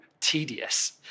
tedious